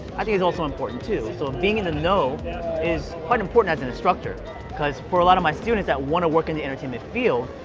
i think is also important too. so being in the know is quite important as an instructor because for a lot of my students that wanna work in the entertainment field,